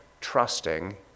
trusting